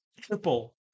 triple